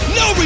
no